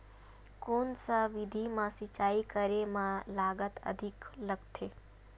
कोन सा विधि म सिंचाई करे म लागत अधिक लगथे?